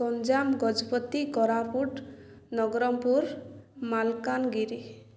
Ganjam Gajapati Koraput Nabarangpur Malkangiri